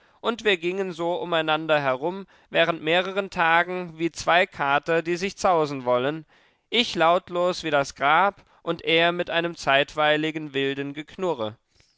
und wir gingen so umeinander herum während mehreren tagen wie zwei kater die sich zausen wollen ich lautlos wie das grab und er mit einem zeitweiligen wilden geknurre